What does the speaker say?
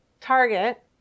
Target